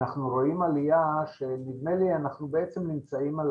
אנחנו רואים עלייה שנדמה לי אנחנו בעצם נמצאים על